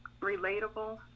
relatable